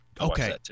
Okay